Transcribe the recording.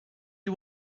you